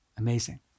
amazing